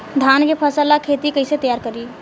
धान के फ़सल ला खेती कइसे तैयार करी?